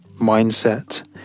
mindset